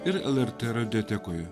ir lrt radiotekoje